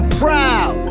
proud